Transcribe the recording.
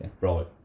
Right